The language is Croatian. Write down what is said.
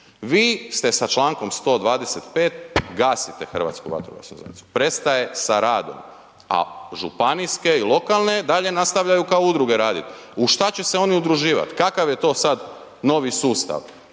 Vi ste sa čl. 125. gasite HVZ-a. Prestaje sa radom, a županijske i lokalne dalje nastavljaju kao udruge raditi. U što će se one udruživati? Kakav je to sad novi sustav?